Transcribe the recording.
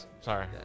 Sorry